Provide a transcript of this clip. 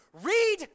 Read